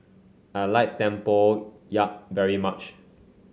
I like tempoyak very much